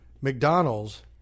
McDonald's